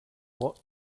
what